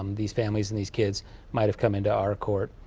um these families and these kids might have come into our court